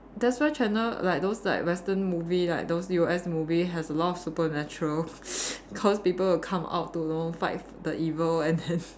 that's why channel like those like Western movie like those U_S movie has a lot of supernatural cause people will come up to know fight the evil and then